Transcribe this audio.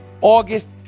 August